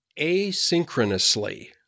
asynchronously